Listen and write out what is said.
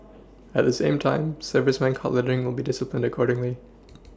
at the same time serviceman caught littering will be disciplined accordingly